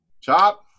Chop